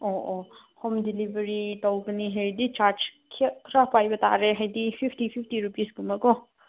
ꯑꯣ ꯑꯣ home delivery ꯇꯧꯒꯅꯤ ꯍꯥꯏꯔꯗꯤ ꯆꯥꯔꯖ ꯈꯔ ꯄꯥꯏꯕ ꯇꯥꯔꯦ ꯍꯥꯏꯗꯤ ꯐꯤꯐꯇꯤ ꯐꯤꯐꯇꯤ ꯔꯨꯄꯤꯁ ꯀꯨꯝꯕꯀꯣ